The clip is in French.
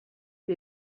que